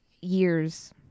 years